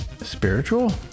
spiritual